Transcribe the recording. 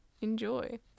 Enjoy